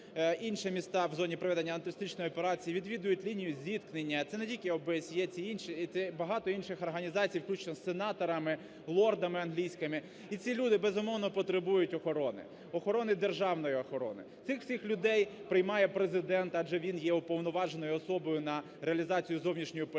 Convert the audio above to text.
інші міста в зоні проведення антитерористичної операції, відвідують лінію зіткнення, це не тільки ОБСЄ, це інші і багато інших організацій включно із сенаторами, лордами англійськими. І ці люди, безумовно, потребують охорони, охорони – державної охорони. Цих всіх людей приймає Президент, адже він є уповноваженою особою на реалізацію зовнішньої політики